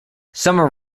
summer